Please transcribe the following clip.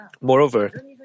Moreover